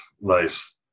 Nice